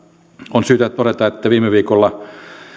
on syytä todeta että viime viikolla